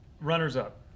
runners-up